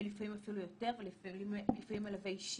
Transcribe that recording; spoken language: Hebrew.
ולפעמים אפילו יותר מאחד ולפעמים מלווה אישי,